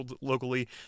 locally